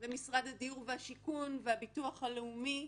משרד הבינוי והשיכון והביטוח הלאומי,